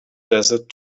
desert